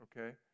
okay